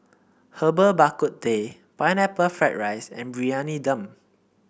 Herbal Bak Ku Teh Pineapple Fried Rice and Briyani Dum